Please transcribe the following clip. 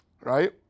right